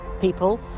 people